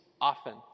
often